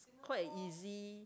quite a easy